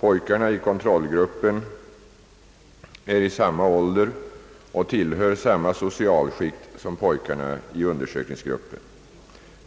Pojkarna i kontrollgruppen är i samma ålder och tillhör samma socialskikt som pojkarna i undersökningsgruppen.